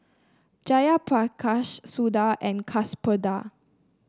Jayaprakash Suda and Kasturba